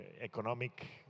economic